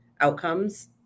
outcomes